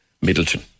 Middleton